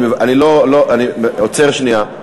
עצור שנייה.